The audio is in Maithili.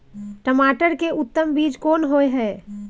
टमाटर के उत्तम बीज कोन होय है?